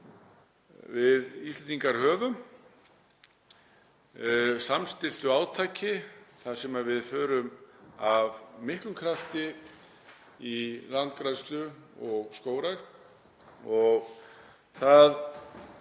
við Íslendingar höfum í samstilltu átaki þar sem við förum af miklum krafti í landgræðslu og skógrækt.